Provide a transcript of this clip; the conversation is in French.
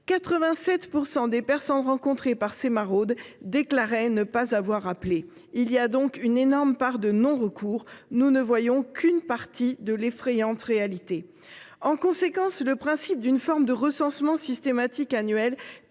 87 % des personnes rencontrées par ces maraudes déclaraient ne pas avoir appelé. Face à l’énorme taux de non recours, nous ne voyons qu’une partie de l’effrayante réalité ! En conséquence, le principe d’une forme de recensement systématique annuel